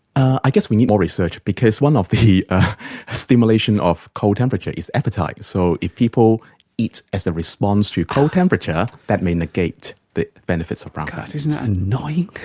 i guess we need more research because one of the stimulation of cold temperature is appetite. so if people eat as a response to cold temperature, that may negate the benefits of brown fat. isn't that annoying!